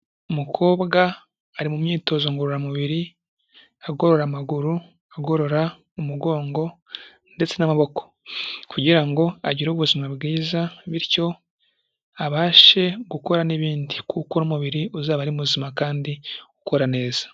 Umukobwa ari mu myitozo ngororamubiri agorora amaguru, agorora umugongo ndetse n'amaboko kugira ngo agire ubuzima bwiza, bityo abashe gukora n'ibindi kuko n'umubiri uzaba ari muzima kandi ukora neza.